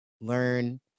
learn